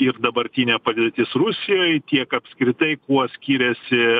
ir dabartinė padėtis rusijoj tiek apskritai kuo skyriasi